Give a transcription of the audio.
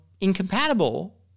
incompatible